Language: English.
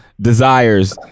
desires